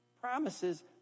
Promises